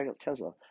Tesla